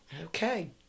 Okay